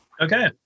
okay